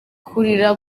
kurira